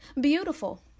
beautiful